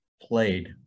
played